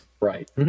Right